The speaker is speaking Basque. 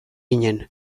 ginen